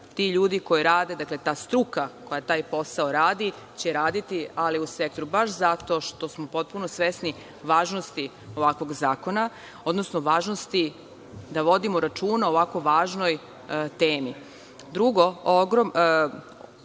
Ti ljudi koji rade, dakle, ta struka koja taj posao radi, će raditi ali u sektoru, baš zato što smo potpuno svesni važnosti ovakvog zakona, odnosno važnosti da vodimo računa o ovako važnoj temi. Drugo, ogroman